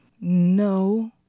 no